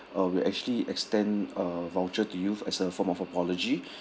uh we'll actually extend a voucher to you as a form of apology